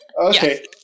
Okay